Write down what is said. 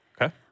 Okay